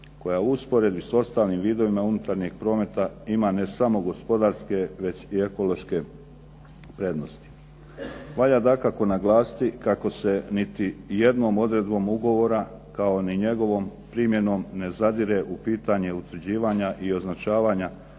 koja usporedbi sa ostalim vidovima unutarnjeg prometa imam ne samo gospodarske već i ekološke prednosti. Valja dakako naglasiti kako se niti jednom odredbom ugovora kao ni njegovom primjenom ne zadire u pitanje utvrđivanja i označavanja